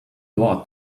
door